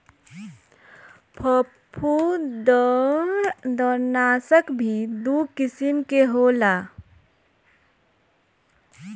फंफूदनाशक भी दू किसिम के होला